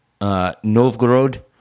Novgorod